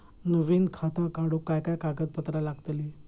नवीन खाता काढूक काय काय कागदपत्रा लागतली?